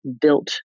built